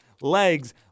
legs